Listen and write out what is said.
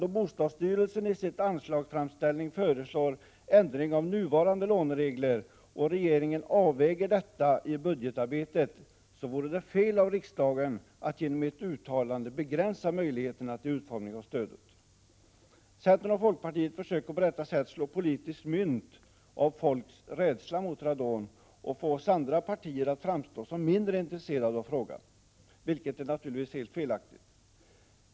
Då bostadsstyrelsen i sin anslagsframställning föreslår ändring av nuvarande låneregler och regeringen avväger detta i budgetarbetet, vore det fel av riksdagen att genom ett uttalande begränsa möjligheterna till utformning av stödet. Centern och folkpartiet försöker på detta sätt slå politiskt mynt av folks rädsla för radon och få oss i andra partier att framstå som mindre intresserade av frågan, vilket naturligtvis är felaktigt.